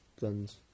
guns